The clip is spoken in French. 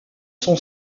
son